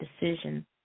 decision